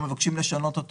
לא מבקשים לשנות אותו.